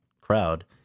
crowd